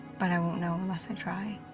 but i won't know unless i try.